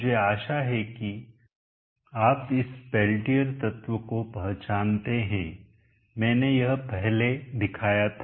मुझे आशा है कि आप इस पेल्टियर तत्व को पहचानते हैं मैंने यह पहले दिखाया था